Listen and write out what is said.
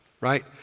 right